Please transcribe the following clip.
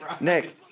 Nick